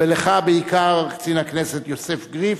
ולך בעיקר, קצין הכנסת יוסף גריף,